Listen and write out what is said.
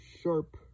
sharp